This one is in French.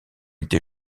été